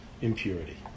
impurity